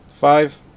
Five